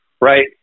right